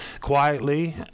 quietly